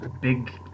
big